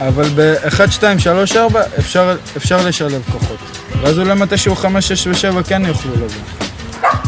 אבל ב-1, 2, 3, 4 אפשר לשלב כוחות. ואז אולי מתישהו 5, 6 ו-7 כן יוכלו לבוא.